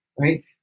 right